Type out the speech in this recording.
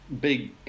big